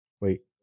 Wait